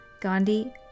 Gandhi